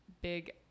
big